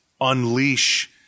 unleash